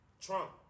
Trump